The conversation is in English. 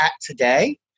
today